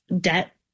debt